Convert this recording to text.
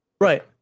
right